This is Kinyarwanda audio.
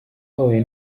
bahuye